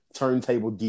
turntable